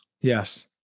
yes